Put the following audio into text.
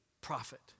prophet